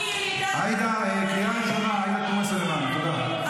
עאידה תומא סלימאן, קריאה ראשונה.